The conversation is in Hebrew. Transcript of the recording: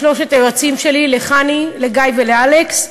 לשלושת היועצים שלי, לחני, לגיא ולאלכס.